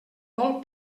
vol